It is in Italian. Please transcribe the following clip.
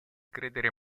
credere